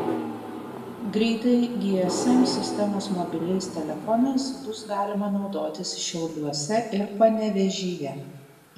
greitai gsm sistemos mobiliais telefonais bus galima naudotis šiauliuose ir panevėžyje